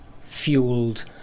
fueled